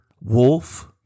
wolf